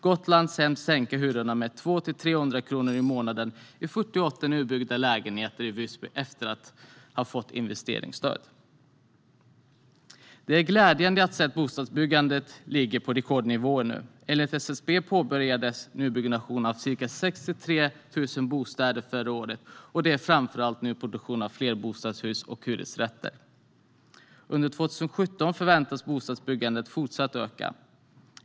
Gotlandshem sänker hyrorna med 200-300 kronor i månaden i 48 nybyggda lägenheter i Visby efter att ha fått investeringsstöd. Det är glädjande att se att bostadsbyggandet nu ligger på rekordnivåer. Enligt SCB påbörjades nybyggnation av ca 63 000 bostäder förra året. Det är framför allt nyproduktion av flerbostadshus och hyresrätter. Under 2017 förväntas bostadsbyggandet fortsätta att öka.